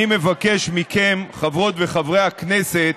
אני מבקש מכם, חברות וחברי הכנסת,